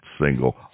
single